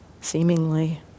seemingly